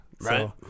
Right